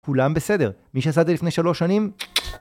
כולם בסדר, מי שעשה את זה לפני שלוש שנים...